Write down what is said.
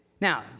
Now